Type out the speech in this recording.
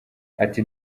ati